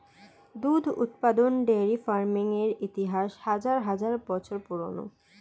দুধ উৎপাদন dairy farming এর ইতিহাস হাজার হাজার বছর পুরানো